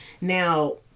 Now